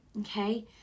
Okay